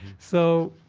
so,